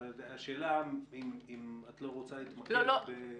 אבל השאלה אם את לא רוצה להתמקד בנושא אחד.